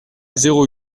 zéro